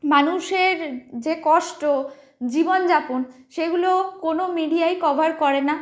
মানুষের যে কষ্ট জীবনযাপন সেগুলো কোনো মিডিয়াই কভার করে না